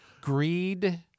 greed